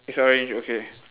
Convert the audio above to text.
it's orange okay